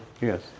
Yes